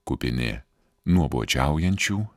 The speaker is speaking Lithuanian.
kupini nuobodžiaujančių